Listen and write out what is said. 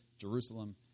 Jerusalem